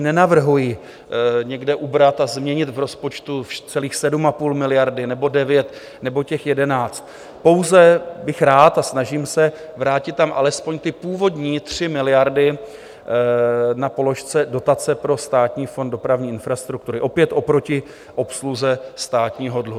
Nenavrhuji někde ubrat a změnit v rozpočtu celých 7,5 miliard nebo 9 nebo těch 11, pouze bych rád, a snažím se, vrátit tam alespoň ty původní 3 miliardy na položce Dotace pro Státní fond dopravní infrastruktury, opět oproti obsluze státního dluhu.